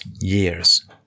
years